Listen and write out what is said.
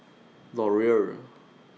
Laurier